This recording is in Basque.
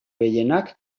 gehienak